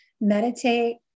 meditate